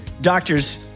doctors